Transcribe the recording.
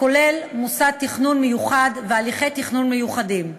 הכולל מוסד תכנון מיוחד והליכי תכנון מיוחדים.